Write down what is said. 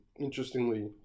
interestingly